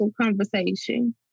conversation